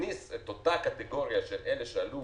ונכניס את אותה קטגוריה של אלה שעלו